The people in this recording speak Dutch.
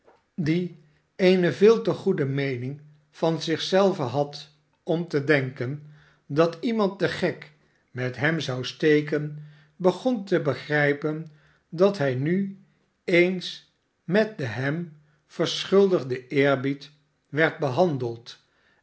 die eene veel te goede meening van zich zelven had om te denken dat iemand den gek met hem zou steken begon te begrijpen dat hij nu eens met den hem verschuldigden eerbied werd behandeld